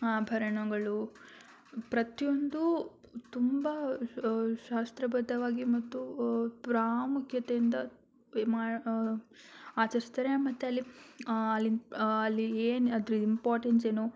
ಆಭರಣಗಳು ಪ್ರತಿಯೊಂದು ತುಂಬ ಶಾಸ್ತ್ರಬದ್ಧವಾಗಿ ಮತ್ತು ಪ್ರಾಮುಖ್ಯತೆಯಿಂದ ಆಚರಿಸ್ತಾರೆ ಮತ್ತು ಅಲ್ಲಿ ಅಲ್ಲಿ ಅಲ್ಲಿ ಏನು ಅದ್ರ ಇಂಪಾರ್ಟೆನ್ಸ್ ಏನು